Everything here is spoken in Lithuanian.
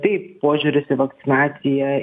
taip požiūris į vakcinaciją